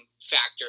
factor